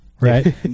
right